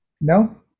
No